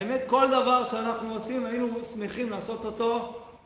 באמת כל דבר שאנחנו עושים, היינו שמחים לעשות אותו